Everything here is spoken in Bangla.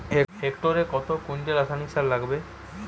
হেক্টরে কত কুইন্টাল রাসায়নিক সার লাগবে?